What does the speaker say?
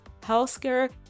Healthcare